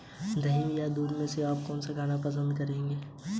RTGS और NEFT में क्या अंतर है?